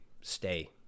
stay